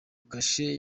kashe